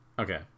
Okay